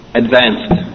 advanced